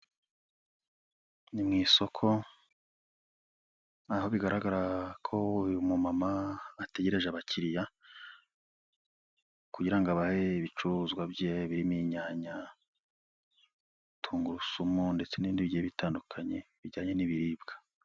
Ni mu isoko, aho bigaragara ko uyu mumama ategereje abakiriya kugira ngo abahe ibicuruzwa bye birimo inyanya, tungurusumu ndetse n'ibindi bigiye bitandukanye, bijyanye n'ibiribwa.